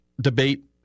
debate